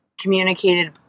communicated